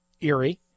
Erie